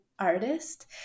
Artist